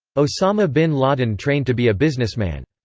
osama bin laden trained to be a businessman.